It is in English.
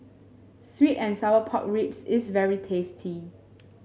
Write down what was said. sweet and Sour Pork Ribs is very tasty